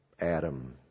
Adam